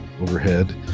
overhead